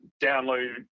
download